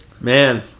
Man